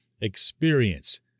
experience